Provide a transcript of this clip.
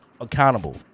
accountable